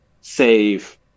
save